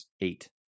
eight